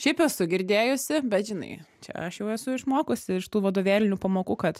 šiaip esu girdėjusi bet žinai čia aš jau esu išmokusi iš tų vadovėlinių pamokų kad